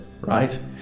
right